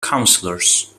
councillors